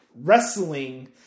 wrestling